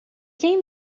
quem